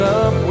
up